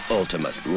ultimate